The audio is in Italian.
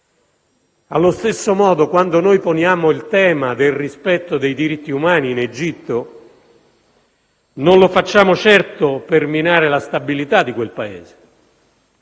Allo stesso modo, quando poniamo il tema del rispetto dei diritti umani in Egitto, non lo facciamo certo per minare la stabilità di quel Paese;